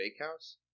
Bakehouse